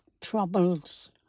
troubles